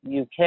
uk